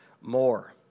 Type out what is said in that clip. more